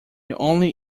only